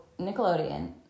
nickelodeon